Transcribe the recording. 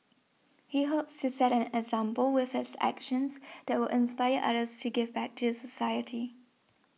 he hopes to set an example with his actions that will inspire others to give back to the society